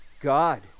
God